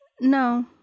No